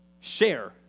Share